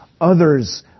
Others